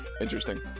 Interesting